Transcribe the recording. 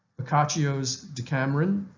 boccaccio's decameron,